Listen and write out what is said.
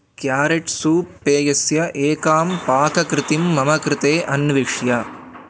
carrot soup पेयस्य एकां पाककृतिं मम कृते अन्विष